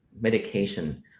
medication